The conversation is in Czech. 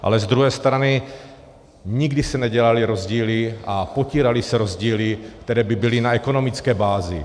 Ale z druhé strany nikdy se nedělaly rozdíly a potíraly se rozdíly, které by byly na ekonomické bázi.